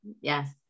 yes